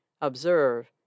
Observe